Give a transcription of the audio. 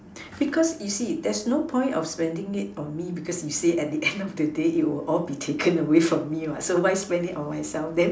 because you see there's no point of spending it on me because you say at the end of the day it will all be taken away from me what so why spend it on myself then